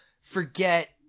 forget